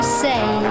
say